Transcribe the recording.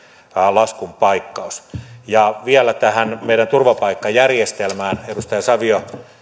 laskun paikkaus vielä tähän meidän turvapaikkajärjestelmäämme edustaja savio